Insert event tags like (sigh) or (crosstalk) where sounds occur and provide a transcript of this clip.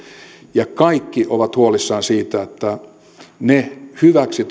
ja kaikki ovat huolissaan siitä että niihin hyväksi (unintelligible)